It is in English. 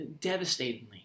Devastatingly